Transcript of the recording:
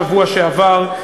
קצת עפה על עצמה בשבוע שעבר.